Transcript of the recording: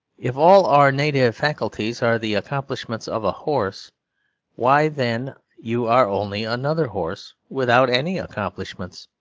if all our native faculties are the accomplishments of a horse why then you are only another horse without any accomplishments.